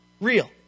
real